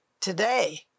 today